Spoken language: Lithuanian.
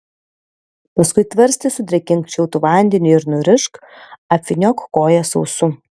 paskui tvarstį sudrėkink šiltu vandeniu ir nurišk apvyniok koją sausu